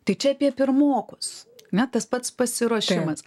tai čia apie pirmokus na tas pats pasiruošimas